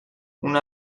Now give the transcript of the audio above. una